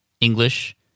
English